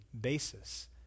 basis